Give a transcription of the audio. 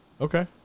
Okay